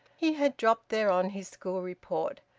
he had dropped thereon his school report,